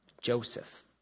Joseph